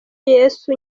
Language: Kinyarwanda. yesu